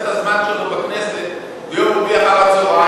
את הזמן שלו בכנסת ביום רביעי אחר-הצהריים,